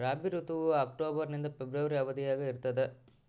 ರಾಬಿ ಋತುವು ಅಕ್ಟೋಬರ್ ನಿಂದ ಫೆಬ್ರವರಿ ಅವಧಿಯಾಗ ಇರ್ತದ